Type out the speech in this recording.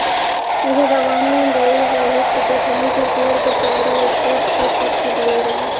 एगो बागवानी में गइल रही त देखनी कि पेड़ के चारो ओर छोट छोट पत्थर डालल रहे